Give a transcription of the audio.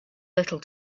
little